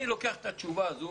אני לוקח את התשובה הזאת